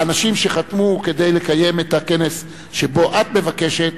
האנשים שחתמו כדי לקיים את הכנס שבו את מבקשת,